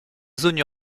zone